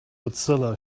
mozilla